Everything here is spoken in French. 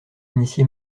initié